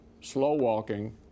slow-walking